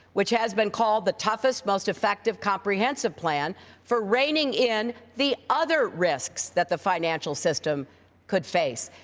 which has been called the toughest, most effective, comprehensive plan for reining in the other risks that the financial system could face.